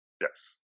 Yes